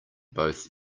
both